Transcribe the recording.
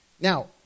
Now